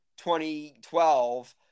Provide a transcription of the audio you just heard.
2012